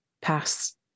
pass